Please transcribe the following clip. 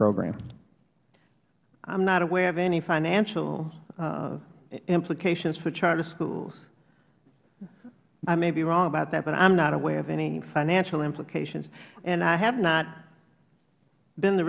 am not aware of any financial implications for charter schools i may be wrong about that but i am not aware of any financial implications and i have not been the